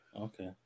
Okay